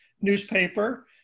newspaper